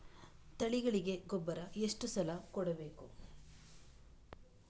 ತಳಿಗಳಿಗೆ ಗೊಬ್ಬರ ಎಷ್ಟು ಸಲ ಕೊಡಬೇಕು?